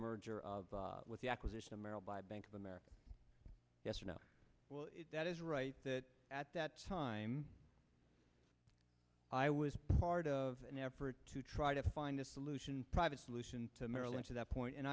merger of with the acquisition of merrill by bank of america yes or no that is right that at that time i was part of an effort to try to find a solution private solution to marilyn to that point and